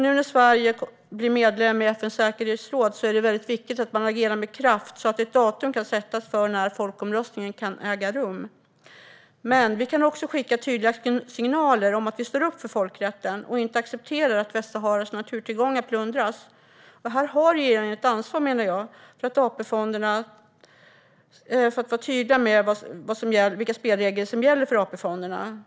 Nu när Sverige blir medlem i FN:s säkerhetsråd är det viktigt att agera med kraft så att ett datum kan sättas för när folkomröstningen kan äga rum. Vi kan också skicka tydliga signaler om att vi står upp för folkrätten och inte accepterar att Västsaharas naturtillgångar plundras. Här har regeringen har ett ansvar, menar jag, för att vara tydlig om vilka spelregler som gäller för AP-fonderna.